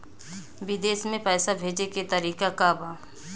विदेश में पैसा भेजे के तरीका का बा?